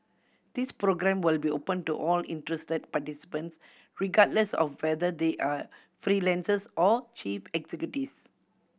this programme will be open to all interested participants regardless of whether they are freelancers or chief executives